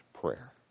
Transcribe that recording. prayer